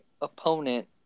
opponent